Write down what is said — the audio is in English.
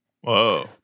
Whoa